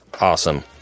Awesome